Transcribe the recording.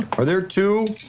are there two?